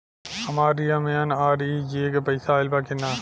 हमार एम.एन.आर.ई.जी.ए के पैसा आइल बा कि ना?